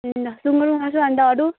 ल सुँगुरको मासु अन्त अरू